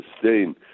sustain